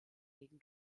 gegen